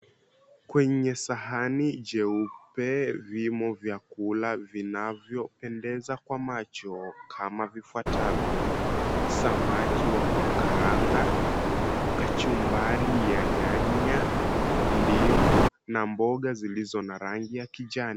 Kwenye sahani jeupe, vimo vyakula vinavyopendeza kwa macho, kama vifuatavyo samaki wa kukaanga, kachumbari ya nyanya, ndimu, na mboga zilizo na rangi ya kijani.